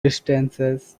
distances